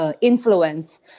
Influence